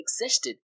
existed